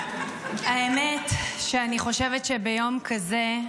האמת, אני חושבת שביום כזה,